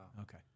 okay